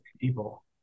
people